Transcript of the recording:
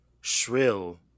shrill